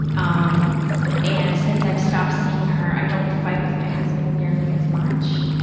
um and since i've stopped seeing her, i don't fight with my husband nearly as much,